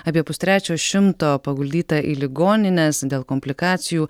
apie pustrečio šimto paguldyta į ligonines dėl komplikacijų